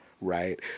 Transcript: right